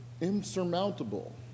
insurmountable